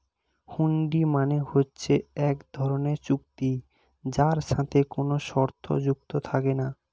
হুন্ডি মানে হচ্ছে এক ধরনের চুক্তি যার সাথে কোনো শর্ত যুক্ত থাকে না